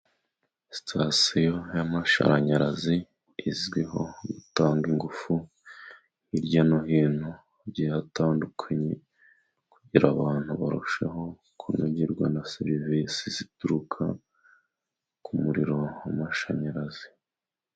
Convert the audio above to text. Sitasiyo y'amashanyarazi izwiho gutanga ingufu hirya no hino hagiye hatandukanye, kugira ngo abantu barusheho kunogerwa na serivisi zituruka ku muriro w'amashanyarazi.